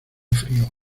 frío